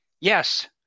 Yes